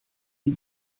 die